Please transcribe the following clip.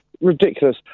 ridiculous